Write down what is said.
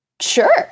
sure